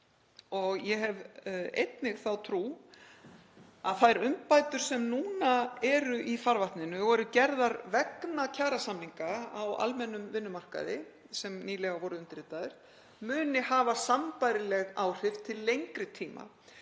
Ég hef einnig þá trú að þær umbætur sem nú eru í farvatninu og eru gerðar vegna kjarasamninga á almennum vinnumarkaði, sem nýlega voru undirritaðir, muni hafa sambærileg áhrif til lengri tíma,